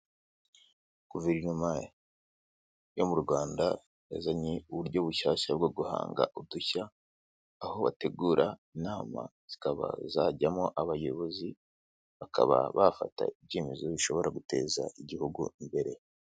Guverinoma yo mu Rwanda yazanye uburyo bushyashya bwo guhanga udushya, aho bategura inama zikaba zajyamo abayobozi bakaba bafata ibyemezo bishobora guteza igihugu imbere.